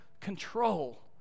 control